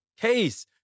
Case